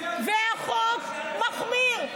והחוק מחמיר.